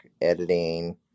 editing